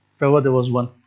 for ah there was one.